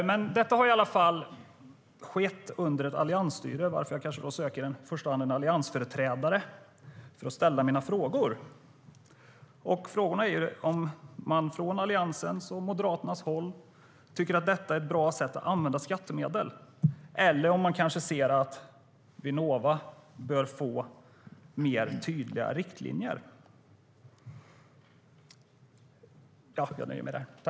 Detta har i varje fall skett under ett alliansstyre varför jag kanske i första hand söker en alliansföreträdare för att ställa mina frågor.